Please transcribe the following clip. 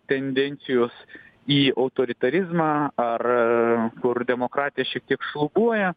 tendencijos į autoritarizmą ar kur demokratija šiek tiek šlubuoja